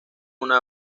una